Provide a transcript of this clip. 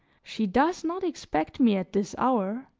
she does not expect me at this hour,